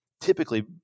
typically